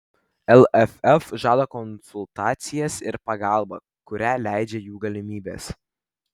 lff žada konsultacijas ir pagalbą kurią leidžia jų galimybės